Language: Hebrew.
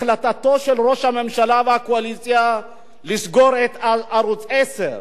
החלטת ראש הממשלה והקואליציה לסגור את ערוץ-10,